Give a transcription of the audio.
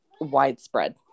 widespread